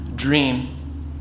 dream